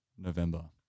November